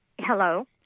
hello